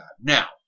Now